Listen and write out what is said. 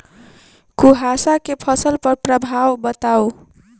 कुहासा केँ फसल पर प्रभाव बताउ?